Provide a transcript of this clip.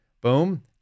Boom